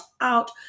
out